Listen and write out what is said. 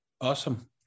awesome